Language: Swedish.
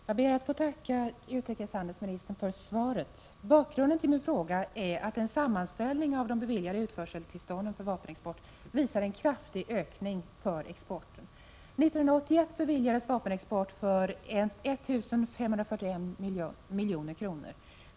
Fru talman! Jag ber att få tacka utrikeshandelsministern för svaret. Bakgrunden till min fråga är att en sammanställning av de beviljade utförseltillstånden för vapenexport visar att exporten kommer att öka kraftigt. 1981 beviljades utförseltillstånd för vapenexport för 1 541 milj.kr.